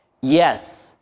yes